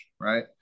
Right